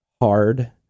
hard